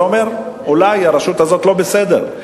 אתה אומר: אולי הרשות הזאת לא בסדר,